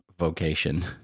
Vocation